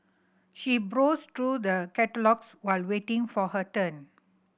she browsed through the catalogues while waiting for her turn